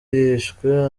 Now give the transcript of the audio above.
yishwe